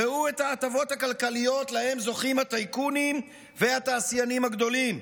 ראו את ההטבות הכלכליות שלהן זוכים הטייקונים והתעשיינים הגדולים,